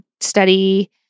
study